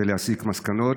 ולהסיק מסקנות.